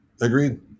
Agreed